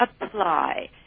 apply